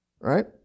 Right